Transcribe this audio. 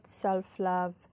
self-love